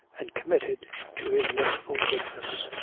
and committed to his merciful goodness!